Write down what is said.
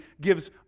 gives